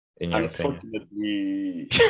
Unfortunately